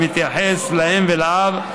שמתייחס לאם ולאב,